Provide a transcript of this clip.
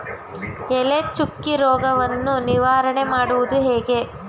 ಎಲೆ ಚುಕ್ಕಿ ರೋಗವನ್ನು ನಿವಾರಣೆ ಮಾಡುವುದು ಹೇಗೆ?